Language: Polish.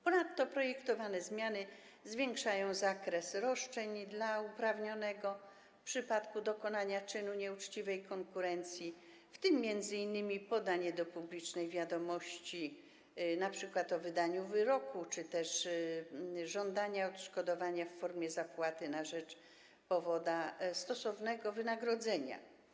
Ponadto projektowane zmiany zwiększają zakres roszczeń dla uprawnionego w przypadku dokonania czynu nieuczciwej konkurencji, w tym m.in. podanie do publicznej wiadomości np. o wydaniu wyroku, czy też żądania odszkodowania w formie zapłaty na rzecz powoda stosownego wynagrodzenia.